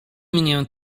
mnie